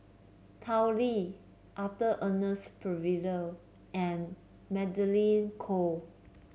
Tao Li Arthur Ernest Percival and Magdalene Khoo